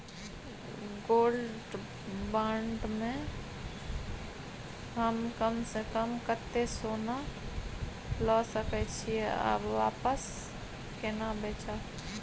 Gold bond म हम कम स कम कत्ते सोना ल सके छिए आ वापस केना बेचब?